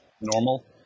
normal